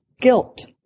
guilt